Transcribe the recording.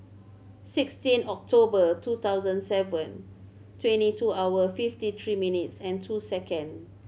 sixteen October two thousand seven twenty two hour fifty three minutes and two second